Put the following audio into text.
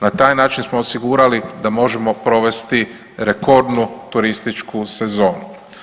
Na taj način smo osigurali da možemo provesti rekordnu turističku sezonu.